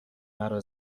مرا